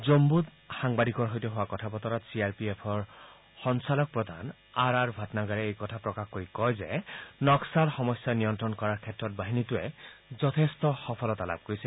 জম্মুত সাংবাদিকৰ সৈতে হোৱা কথা বতৰাত চি আৰ পি এফৰ সঞ্চালক প্ৰধান আৰআৰ ভাটনাগৰে এই কথা প্ৰকাশ কৰি কয় যে নক্সাল সমস্যা নিয়ন্ত্ৰণ কৰাৰ ক্ষেত্ৰত বাহিনীটোৱে যথেষ্ট সফলতা লাভ কৰিছে